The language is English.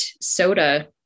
soda